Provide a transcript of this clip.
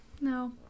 no